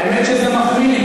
האמת שזה מחמיא לי.